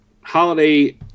holiday